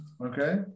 okay